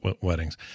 weddings